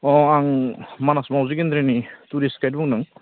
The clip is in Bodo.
अ आं मानास मावजि गिन्द्रिनि टुरिस्ट गाइड बुंदों